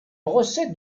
recettes